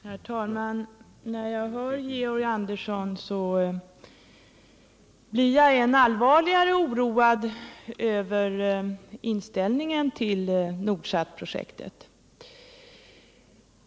Herr talman! När jag hör Georg Andersson blir jag än allvarligare oroad över inställningen till Nordsatprojektet.